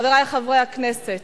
חברי חברי הכנסת,